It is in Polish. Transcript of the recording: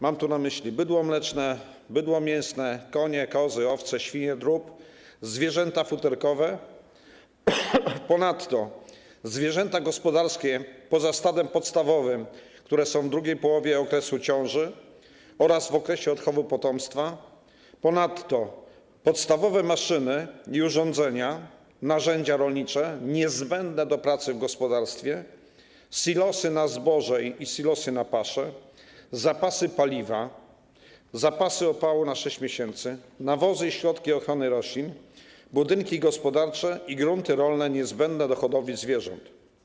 Mam tu na myśli bydło mleczne, bydło mięsne, konie, kozy, owce, świnie, drób, zwierzęta futerkowe, a ponadto zwierzęta gospodarskie poza stadem podstawowym, które są w drugiej połowie okresu ciąży oraz w okresie odchowu potomstwa, a także podstawowe maszyny i urządzenia, narzędzia rolnicze niezbędne do pracy w gospodarstwie, silosy na zboże i silosy na paszę, zapasy paliwa, zapasy opału na 6 miesięcy, nawozy i środki ochrony roślin, budynki gospodarcze i grunty rolne niezbędne do hodowli zwierząt.